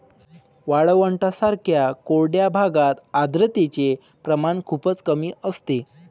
वाळवंटांसारख्या कोरड्या भागात आर्द्रतेचे प्रमाण खूपच कमी असते